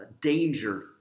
danger